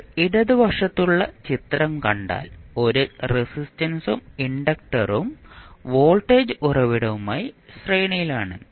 ഇപ്പോൾ ഇടതുവശത്തുള്ള ചിത്രം കണ്ടാൽ ഒരു റെസിസ്റ്റൻസും ഇൻഡക്ടറും വോൾട്ടേജ് ഉറവിടവുമായി ശ്രേണിയിലാണ്